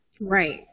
Right